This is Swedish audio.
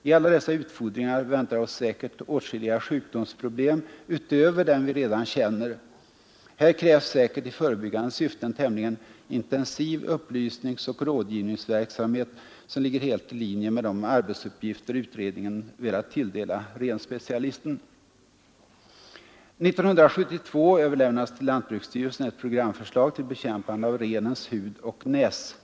I alla dessa utfodringar ——— väntar oss säkert åtskilliga sjukdomsproblem utöver dem vi redan känner ——— Här krävs säkert i förebyggande syfte en tämligen intensiv upplysningsoch rådgivningsverksamhet, som ligger helt i linje med de arbetsuppgifter utredningen velat tilldela renspecialisten.